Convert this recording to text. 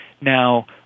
Now